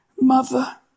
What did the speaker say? mother